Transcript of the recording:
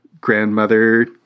grandmother